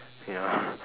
ya